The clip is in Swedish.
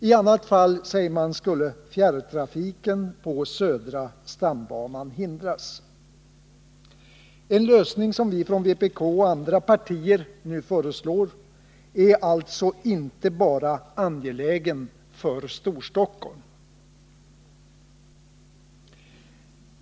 I annat fall, säger man, skulle fjärrtrafiken på södra stambanan hindras. Den lösning som vi från vpk och andra partier föreslår är alltså inte bara angelägen för Storstockholm.